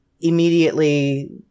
immediately